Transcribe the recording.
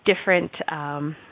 different